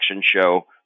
show